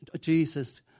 Jesus